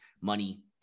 money